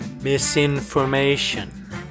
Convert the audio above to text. misinformation